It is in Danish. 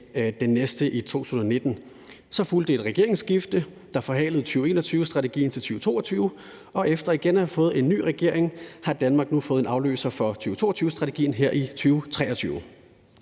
den næste i 2019. Så fulgte et regeringsskifte, der forhalede 2021-strategien til 2022, og efter igen at have fået en ny regering har Danmark nu fået en afløser for 2022-strategien her i 2023.